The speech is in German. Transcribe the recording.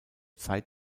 zeit